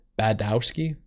Badowski